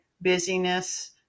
busyness